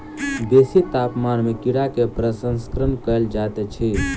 बेसी तापमान में कीड़ा के प्रसंस्करण कयल जाइत अछि